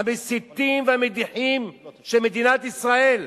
המסיתים והמדיחים של מדינת ישראל,